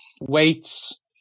weights